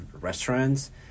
restaurants